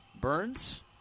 Burns